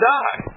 die